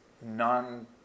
non